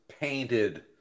painted